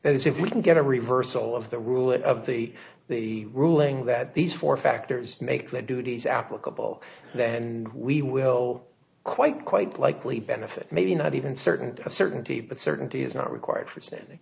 it as if we can get a reversal of the rule that of the the ruling that these four factors make the duties applicable then we will quite quite likely benefit maybe not even certain certainty but certainty is not required for standing